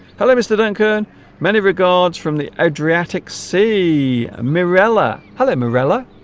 hello mr. duncan many regards from the adriatic sea marela hello marella